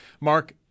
Mark